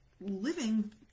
living